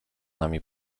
nami